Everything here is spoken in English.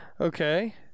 Okay